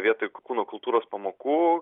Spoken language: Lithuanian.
vietoj kūno kultūros pamokų